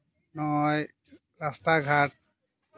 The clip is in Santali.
ᱱᱚᱜᱼᱚᱭ ᱨᱟᱥᱛᱟ ᱜᱷᱟᱴ